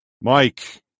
Mike